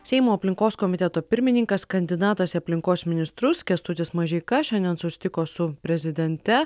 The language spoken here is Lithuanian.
seimo aplinkos komiteto pirmininkas kandidatas į aplinkos ministrus kęstutis mažeika šiandien susitiko su prezidente